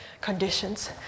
conditions